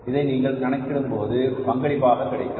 இதை நீங்கள் கணக்கிடும்போது பங்களிப்பாக கிடைக்கும்